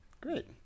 great